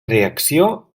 reacció